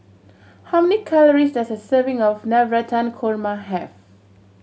how many calories does a serving of Navratan Korma have